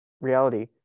reality